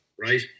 right